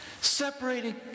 separating